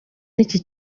n’iki